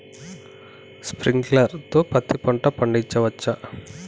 Sprinkler తో పత్తి పంట పండించవచ్చా?